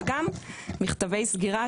וגם מכתבי סגירה,